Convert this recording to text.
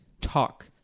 talk